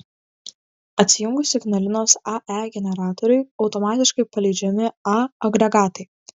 atsijungus ignalinos ae generatoriui automatiškai paleidžiami a agregatai